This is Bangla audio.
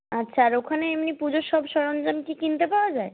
আচ্ছা আর ওখানে এমনি পুজোর সব সরঞ্জাম কি কিনতে পাওয়া যায়